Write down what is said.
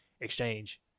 exchange